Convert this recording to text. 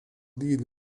dydį